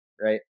right